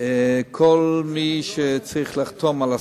כל מי שצריך לחתום על הסכמה,